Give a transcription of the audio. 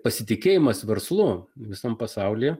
pasitikėjimas verslu visam pasaulyje